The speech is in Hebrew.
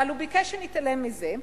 אבל הוא ביקש שנתעלם מזה,